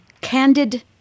candid